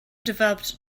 developed